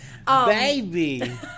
Baby